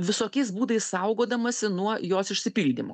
visokiais būdais saugodamasi nuo jos išsipildymo